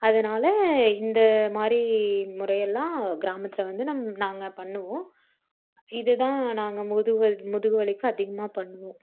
அதனால் இந்தமாதிரி முறையெல்லாம் கிராமத்தில் வந்து நம் நாங்கள் பண்ணுவோம் இது தான் நாங்கள் முதுகு வலி முதுகு வலிக்கு அதிகமாக பண்ணுவோம்